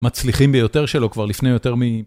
מצליחים ביותר שלא כבר לפני יותר מ...